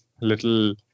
little